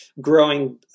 growing